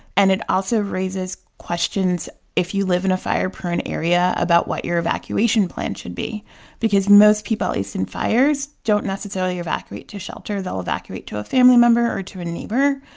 and it also raises questions, if you live in a fire-prone area, about what your evacuation plan should be because most people, at least in fires, don't necessarily evacuate to shelter. they'll evacuate to a family member or to a neighbor.